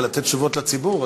לתת תשובות לציבור,